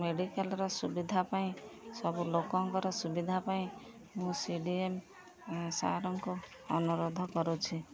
ମେଡ଼ିକାଲର ସୁବିଧା ପାଇଁ ସବୁ ଲୋକଙ୍କର ସୁବିଧା ପାଇଁ ମୁଁ ସି ଡି ଏମ୍ ସାର୍ଙ୍କୁ ଅନୁରୋଧ କରୁଛି